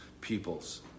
peoples